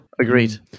agreed